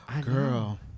Girl